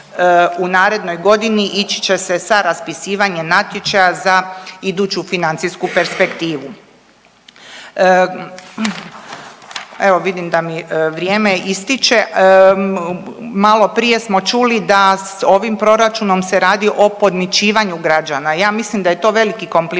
u narednoj godini ići će se sa raspisivanjem natječaja za iduću financijsku perspektivu. Evo, vidim da mi vrijeme ističe, maloprije smo čuli da ovim Proračunom se radi o podmićivanju građana, ja mislim da je to veliki kompliment